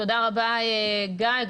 תודה רבה, גיא.